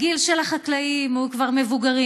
על כך שהגיל של החקלאים הוא כבר מבוגר.